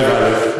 five עלייך,